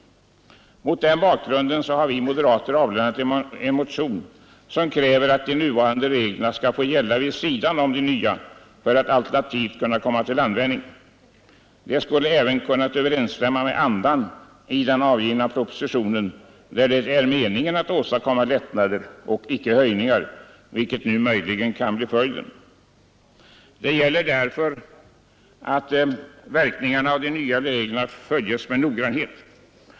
Mot den bakgrunden har vi moderater väckt en motion där vi kräver att de nuvarande reglerna skall få gälla vid sidan om de nya för att alternativt kunna komma till användning. Det skulle även ha kunnat överensstämma med andan i den avgivna propositionen där det är meningen att åstadkomma lättnader och icke höjningar, vilket nu möjligen kan bli följden. Det gäller därför att verkningarna av de nya reglerna följs med noggrannhet.